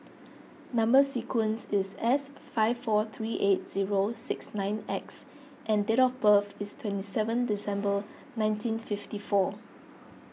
Number Sequence is S five four three eight zero six nine X and date of birth is twenty seven December nineteen fifty four